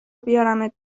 بیارمت